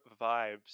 vibes